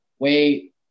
Wait